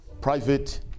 private